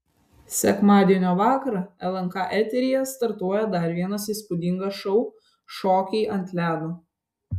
sekmadienio vakarą lnk eteryje startuoja dar vienas įspūdingas šou šokiai ant ledo